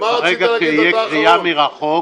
ברגע שתהיה קריאה מרחוק,